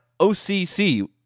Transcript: OCC